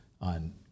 on